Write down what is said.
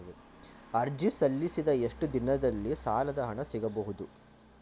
ಅರ್ಜಿ ಸಲ್ಲಿಸಿದ ಎಷ್ಟು ದಿನದಲ್ಲಿ ಸಾಲದ ಹಣ ಸಿಗಬಹುದು?